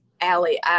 Allie